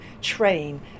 train